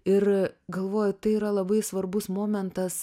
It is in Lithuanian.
ir galvoju tai yra labai svarbus momentas